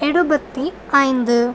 எழுபத்தி ஐந்து